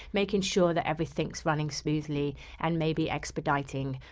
making sure that everything running smoothly and maybe expediting.